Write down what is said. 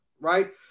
right